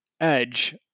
edge